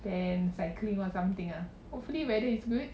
can cycling or something ah hopefully weather is good